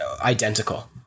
identical